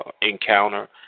encounter